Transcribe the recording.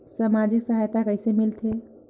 समाजिक सहायता कइसे मिलथे?